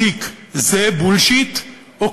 the bullshitאו